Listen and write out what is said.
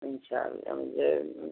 انشاء اللہ مجھے